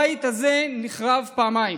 הבית הזה נחרב פעמיים,